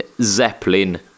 Zeppelin